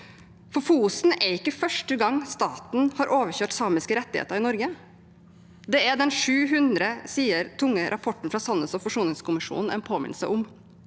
For Fosen er ikke første gang staten har overkjørt samiske rettigheter i Norge. Det er den 700 sider lange og tunge rapporten fra sannhets- og forsoningskommisjonen en påminnelse om.